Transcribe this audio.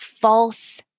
false